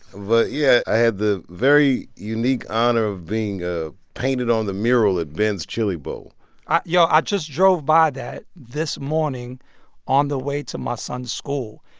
but yeah, i had the very unique honor of being ah painted on the mural at ben's chili bowl i yo, i just drove by that this morning on the way to my son's school.